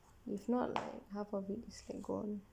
if not like half of it scared gone